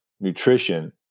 nutrition